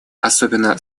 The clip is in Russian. особенно